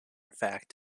fact